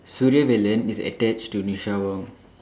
Suriavelan is attach to Nisha Wong